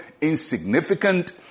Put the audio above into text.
insignificant